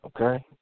okay